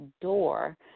door